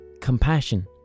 Compassion